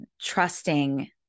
trusting